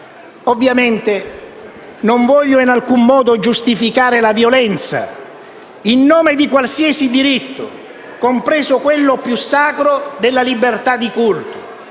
Ovviamente non voglio in alcun modo giustificare la violenza in nome di qualsiasi diritto, compreso quello più sacro della libertà di culto,